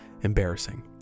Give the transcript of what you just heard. embarrassing